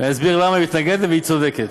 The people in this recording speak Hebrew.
אסביר למה היא מתנגדת, והיא צודקת.